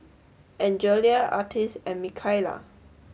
Angelia Artis and Mikaila